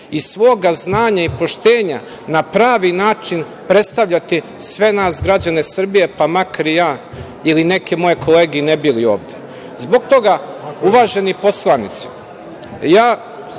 i svog znanja i poštenja, na pravi način predstavljati sve nas građane Srbije, pa makar i ja ili neke moje kolege ne bili ovde. Zbog toga, uvaženi poslanici, ja